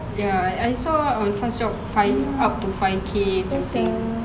ya